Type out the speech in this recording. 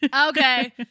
Okay